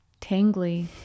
tangly